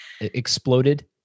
exploded